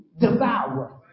devour